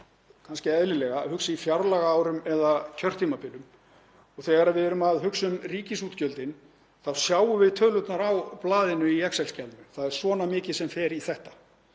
kannski eðlilega, að hugsa í fjárlagaárum eða kjörtímabilum, og þegar við erum að hugsa um ríkisútgjöldin þá sjáum við tölurnar á blaðinu í excel-skjalinu. Það er svona mikið sem fer í þetta.